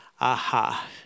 aha